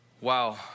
Wow